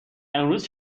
امروز